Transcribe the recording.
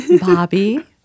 Bobby